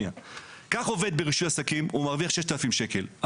עובד ברישוי עסקים מרוויח 6,000 שקל.